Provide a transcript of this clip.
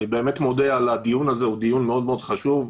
אני באמת מודה על הדיון הזה שהוא דיון מאוד מאוד חשוב.